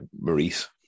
Maurice